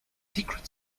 secret